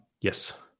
Yes